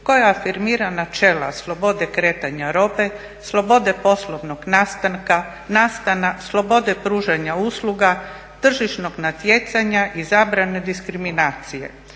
koje afirmira načela slobode kretanja robe, slobode poslovnog nastana, slobode pružanja usluga, tržišnog natjecanja i zabrane diskriminacije,